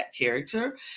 character